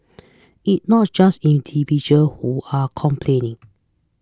it not just individual who are complaining